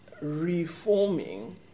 reforming